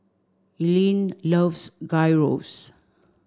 Ilene loves Gyros